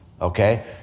Okay